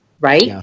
Right